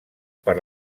per